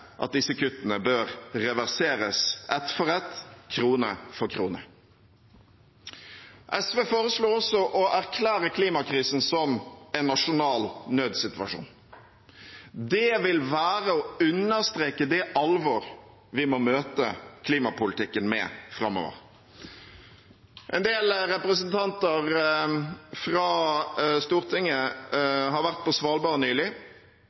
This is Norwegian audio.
at disse kuttene bør reverseres, ett for ett, krone for krone. SV foreslår også å erklære klimakrisen som en nasjonal nødsituasjon. Det vil være å understreke det alvoret vi må møte klimapolitikken med framover. En del representanter fra Stortinget har nylig vært på Svalbard.